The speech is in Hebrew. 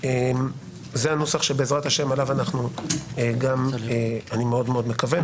זה הנוסח שאני מאוד מאוד מקווה,